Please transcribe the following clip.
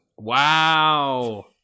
Wow